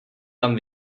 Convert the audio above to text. tam